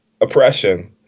oppression